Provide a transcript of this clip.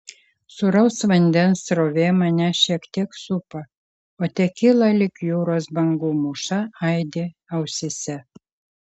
sūraus vandens srovė mane šiek tiek supa o tekila lyg jūros bangų mūša aidi ausyse